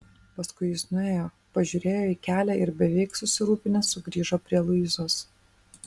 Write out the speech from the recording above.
paskui jis nuėjo pažiūrėjo į kelią ir beveik susirūpinęs sugrįžo prie luizos